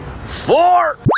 Four